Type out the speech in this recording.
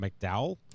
McDowell